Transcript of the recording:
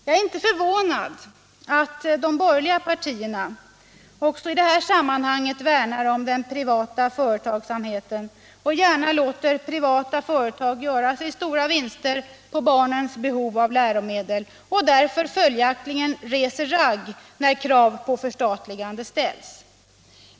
Jag är inte förvånad över att de borgerliga partierna också i detta sammanhang värnar om den privata företagsamheten och gärna låter privata företag göra sig stora vinster på barnens behov av läromedel och att de följaktligen reser ragg när krav på förstatligande ställs.